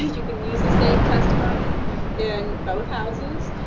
you can use the same testimony in both houses,